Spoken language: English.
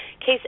case